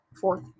fourth